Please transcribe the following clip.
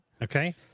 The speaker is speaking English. Okay